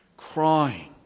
crying